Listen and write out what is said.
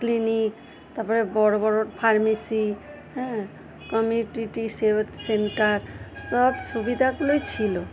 clinic তারপরে বড়ো বড়ো ফার্মেসি হ্যাঁ কমিউনিটি সেন্টার সব সুবিধাগুলোই ছিল